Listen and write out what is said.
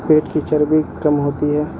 پیٹ کی چربی کم ہوتی ہے